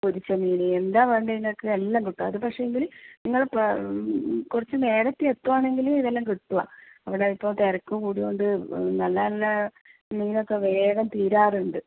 പൊരിച്ച മീന് എന്താ വേണ്ടത് നിങ്ങൾക്ക് എല്ലാം കിട്ടും അത് പക്ഷേ എങ്കിൽ നിങ്ങൾ കുറച്ച് നേരത്തെ എത്തുവാണെങ്കില് ഇതെല്ലാം കിട്ടുമേ അവിടെ ഇപ്പോൾ തിരക്ക് കൂടിയത് കൊണ്ട് നല്ല നല്ല മീനോക്കെ വേഗം തീരാറുണ്ട്